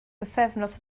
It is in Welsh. bythefnos